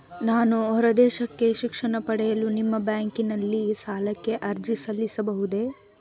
ನಾನು ಹೊರದೇಶಕ್ಕೆ ಶಿಕ್ಷಣ ಪಡೆಯಲು ನಿಮ್ಮ ಬ್ಯಾಂಕಿನಲ್ಲಿ ಸಾಲಕ್ಕೆ ಅರ್ಜಿ ಸಲ್ಲಿಸಬಹುದೇ?